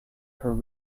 her